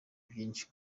vyinshi